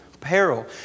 peril